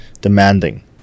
demanding